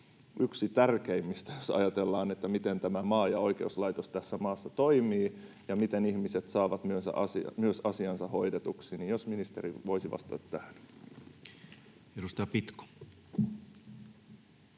yksi tärkeimmistä, jos ajatellaan, miten oikeuslaitos tässä maassa toimii ja miten ihmiset saavat myös asiansa hoidetuksi. Jos ministeri voisi vastata tähän. [Speech 456]